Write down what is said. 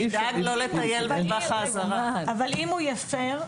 אם הוא יפר,